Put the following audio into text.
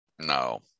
no